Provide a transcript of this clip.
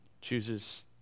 chooses